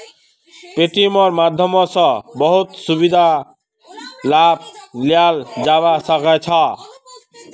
पेटीएमेर माध्यम स बहुत स सुविधार लाभ लियाल जाबा सख छ